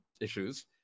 issues